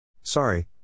Sorry